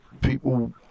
people